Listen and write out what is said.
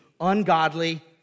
ungodly